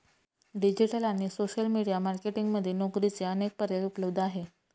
digital आणि social media marketing मध्ये नोकरीचे अनेक पर्याय उपलब्ध आहेत